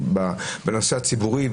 מה ייחשב כציבורי,